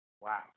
Wow